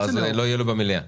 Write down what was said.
לא יהיה לו במליאה.